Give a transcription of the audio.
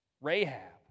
Rahab